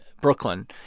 Brooklyn